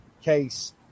case